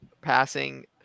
passing